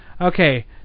Okay